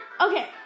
Okay